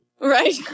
Right